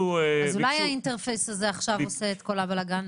אז אולי ה-Interface הזה עושה עכשיו את כל הבלגאן?